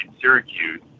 Syracuse